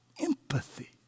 Empathy